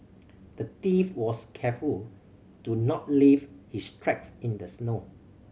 the thief was careful to not leave his tracks in the snow